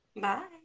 bye